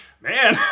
man